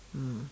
mm